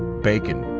bacon,